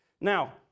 Now